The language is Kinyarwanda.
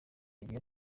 yagiye